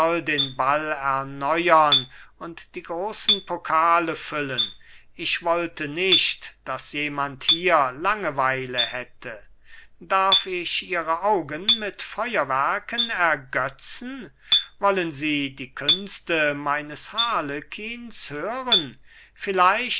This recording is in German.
den ball erneuern und die großen pokale füllen ich wollte nicht daß jemand hier langeweile hätte darf ich ihre augen mit feuerwerken ergötzen wollen sie die künste meines harlekins hören